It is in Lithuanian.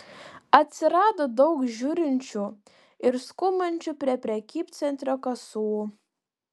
atsirado daug žiūrinčių ir skubančių prie prekybcentrio kasų